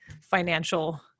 financial